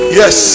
yes